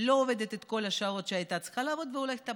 לא עובדת את כל השעות שהייתה צריכה לעבוד והולכת הביתה.